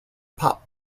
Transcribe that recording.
pup